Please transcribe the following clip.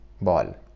ball